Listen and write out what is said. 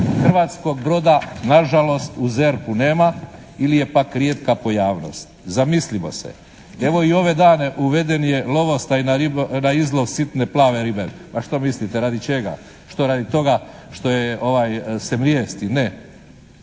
Hrvatskog broda nažalost u ZERP-u nema ili je pak rijetka pojavnost. Zamislimo se. Evo i ove dane uveden je lovostaj na izvoz sitne plave ribe. A što mislite radi čega? Što radi toga što je, se mrijesti? Ne.